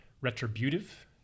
retributive